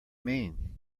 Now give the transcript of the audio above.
mean